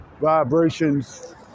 vibrations